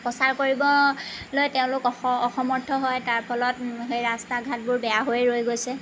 প্ৰচাৰ কৰিবলৈ তেওঁলোক অসমৰ্থ হয় তাৰ ফলত সেই ৰাস্তা ঘাটবোৰ বেয়া হৈ ৰৈ গৈছে